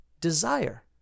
desire